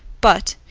but,